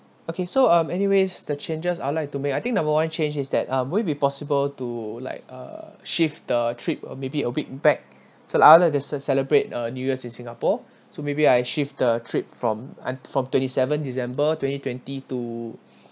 okay so um anyways the changes I'd like to make I think number one change is that um will it be possible to like uh shift the trip uh maybe a week back so I'd like to ce~ celebrate uh new year in singapore so maybe I shift the trip from um from twenty seventh december twenty twenty to